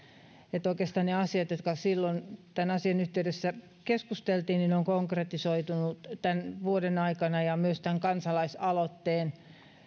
että oikeastaan ne asiat joista silloin tämän asian yhteydessä keskusteltiin ovat konkretisoituneet tämän vuoden aikana ja myös tämän kansalaisaloitteen